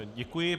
Děkuji.